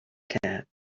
cat